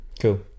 cool